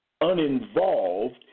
uninvolved